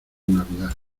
navidad